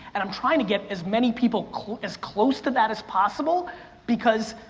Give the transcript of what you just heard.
and i'm trying to get as many people as close to that as possible because,